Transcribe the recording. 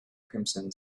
crimson